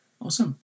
awesome